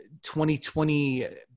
2020